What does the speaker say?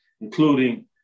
including